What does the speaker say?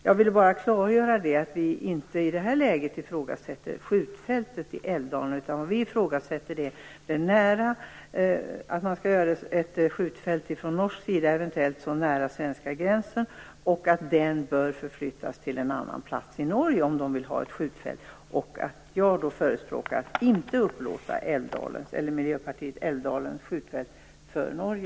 Jag ville bara klargöra att vi i det här läget inte ifrågasätter skjutfältet som sådant i Älvdalen, utan vad vi ifrågasätter är att man eventuellt skall anlägga ett skjutfält i Norge så nära den svenska gränsen. Det skjutfältet bör förflyttas till en annan plats i Norge, om man nu vill ha ett skjutfält. Jag och Miljöpartiet förespråkar att man inte skall upplåta Älvdalens skjutfält för Norge.